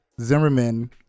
Zimmerman